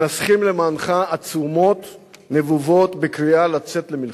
מנסחים למענך עצומות נבובות בקריאה לצאת למלחמה.